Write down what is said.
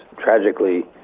tragically